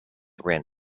ran